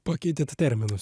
pakeitėt terminus